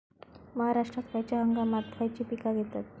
महाराष्ट्रात खयच्या हंगामांत खयची पीका घेतत?